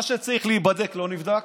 מה שצריך להיבדק לא נבדק,